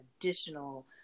additional